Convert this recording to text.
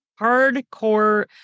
hardcore